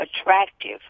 attractive